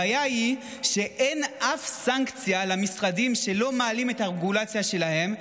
הבעיה היא שאין אף סנקציה למשרדים שלא מעלים את הרגולציה שלהם,